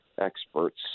experts